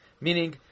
Meaning